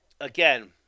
again